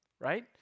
right